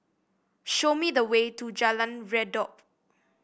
show me the way to Jalan Redop